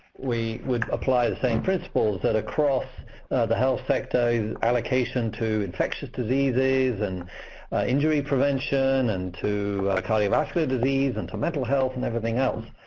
we would apply the same principles that across the health sector, allocation to infectious diseases, and injury prevention, and to cardiovascular disease, and to mental health, and everything else.